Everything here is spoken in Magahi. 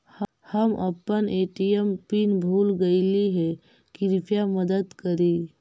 हम अपन ए.टी.एम पीन भूल गईली हे, कृपया मदद करी